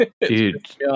Dude